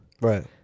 Right